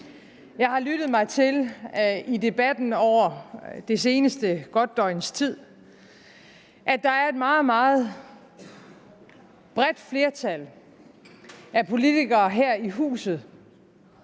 Jeg har lyttet mig til i debatten over det seneste døgns tid, at der er et meget, meget bredt flertal af politikere her i huset,